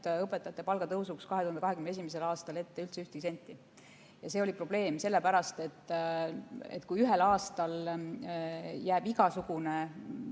õpetajate palga tõusuks 2021. aastal ette ühtegi senti. See oli probleem, sellepärast et kui ühel aastal jääb igasugune